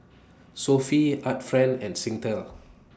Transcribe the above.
Sofy Art Friend and Singtel